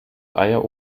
eier